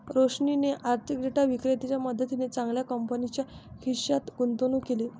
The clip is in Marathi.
रोशनीने आर्थिक डेटा विक्रेत्याच्या मदतीने चांगल्या कंपनीच्या हिश्श्यात गुंतवणूक केली